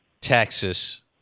Texas